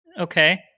Okay